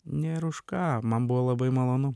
nėra už ką man buvo labai malonu